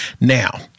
Now